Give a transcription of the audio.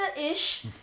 Ish